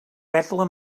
vetla